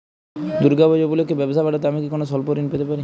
দূর্গা পূজা উপলক্ষে ব্যবসা বাড়াতে আমি কি কোনো স্বল্প ঋণ পেতে পারি?